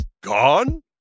Gone